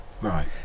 Right